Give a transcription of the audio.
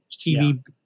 TV